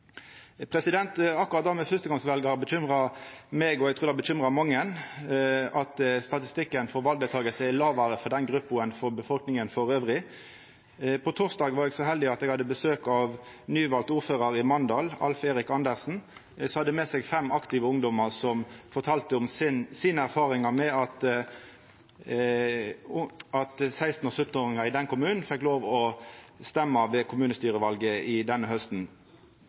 Akkurat det med førstegongsveljarar bekymrar meg, og eg trur det bekymrar mange at statistikken for valdeltaking er lågare for den gruppa enn for befolkninga elles. På torsdag var eg så heldig at eg hadde besøk av den nyvalde ordføraren i Mandal, Alf Erik Andersen, som hadde med seg fem aktive ungdommar som fortalde om erfaringane sine med at 16- og 17-åringar i den kommunen fekk lov å stemma ved kommunestyrevalet denne hausten.